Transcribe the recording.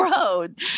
road